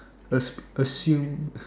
ass~ assume